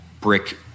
brick